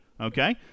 Okay